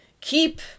keep